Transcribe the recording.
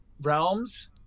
realms